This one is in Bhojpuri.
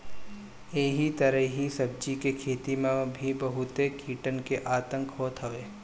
एही तरही सब्जी के खेती में भी बहुते कीटन के आतंक होत हवे